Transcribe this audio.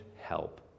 help